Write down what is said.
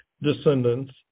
descendants